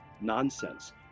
nonsense